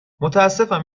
متأسفم